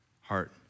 heart